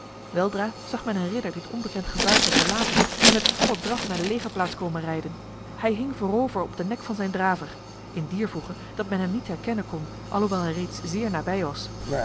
weldra zag men een ridder dit onbekend gevaarte verlaten en met volle draf naar de legerplaats komen rijden hij hing voorover op de nek van zijn draver in dier voege dat men hem niet herkennen kon alhoewel hij reeds zeer nabij was